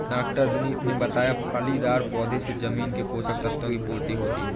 डॉ विनीत ने बताया फलीदार पौधों से जमीन के पोशक तत्व की पूर्ति होती है